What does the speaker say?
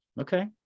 Okay